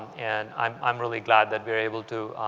and i'm i'm really glad that we are able to,